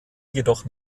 jedoch